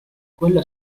quella